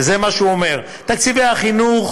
וזה מה שהוא אומר: תקציבי החינוך,